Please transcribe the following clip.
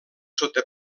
sota